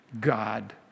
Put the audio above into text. God